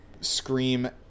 Scream